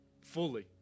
fully